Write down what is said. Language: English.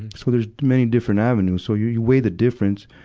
and so there's many different avenues. so you, you weight the difference.